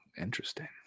interesting